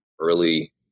early